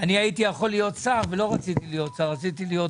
יכול להיות שר ולא רציתי להיות פה